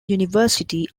university